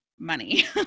money